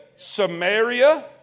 Samaria